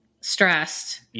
stressed